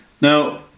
Now